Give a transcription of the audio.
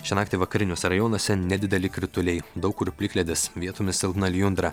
šią naktį vakariniuose rajonuose nedideli krituliai daug kur plikledis vietomis silpna lijundra